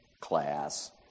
class